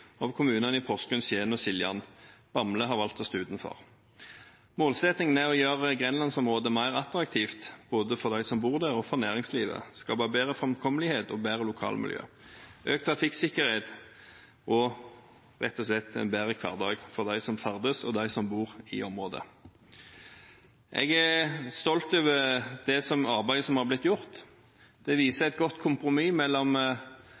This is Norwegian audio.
av kommunene i Porsgrunn, Skien og Siljan. Bamble har valgt å stå utenfor. Målsettingen er å gjøre Grenlandsområdet mer attraktivt, både for dem som bor der, og for næringslivet, og skape bedre framkommelighet, bedre lokalmiljø, økt trafikksikkerhet og rett og slett en bedre hverdag for dem som ferdes og bor i området. Jeg er stolt over det arbeidet som har blitt gjort. Det viser et godt kompromiss mellom